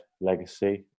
Legacy